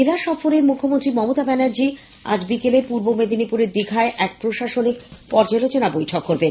জেলা সফরে মুখ্যমন্ত্রী মমতা ব্যানার্জি আজ বিকেলে পূর্ব মেদিনীপুরের দীঘায় এক প্রশাসনিক পর্যালোচনা বৈঠক করবেন